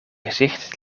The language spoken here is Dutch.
gezicht